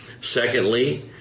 Secondly